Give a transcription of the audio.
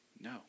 no